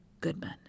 Goodman